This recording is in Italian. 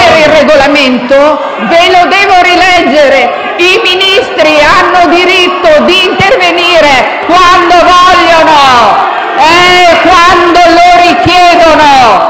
il Regolamento? Ve lo deve rileggere? «I Ministri hanno diritto di intervenire quando vogliono e quando lo richiedono».